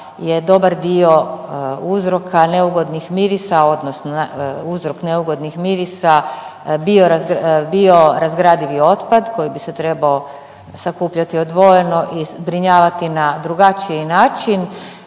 je dobar dio uzroka neugodnih mirisa, odnosno uzrok neugodnih mirisa biorazgradivi otpad koji bi se trebao sakupljati odvojeno i zbrinjavati na drugačiji način.